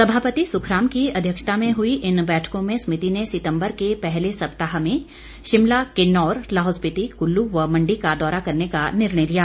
सभापति सुखराम की अध्यक्षता में हुई इन बैठकों में समिति ने सितम्बर के पहले सप्ताह में शिमला किन्नौर लाहौल स्पिति कुल्लू व मण्डी का दौरा करने का निर्णय लिया